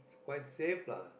it's quite safe lah